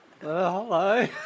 hello